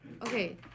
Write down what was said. Okay